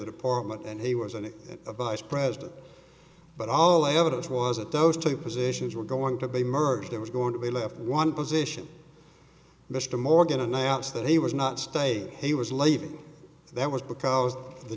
the department and he was and a vice president but all the evidence was that those two positions were going to be merged it was going to be left one position mr morgan announced that he was not stay he was leaving that was because